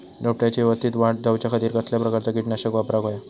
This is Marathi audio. रोपट्याची यवस्तित वाढ जाऊच्या खातीर कसल्या प्रकारचा किटकनाशक वापराक होया?